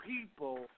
people